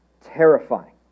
terrifying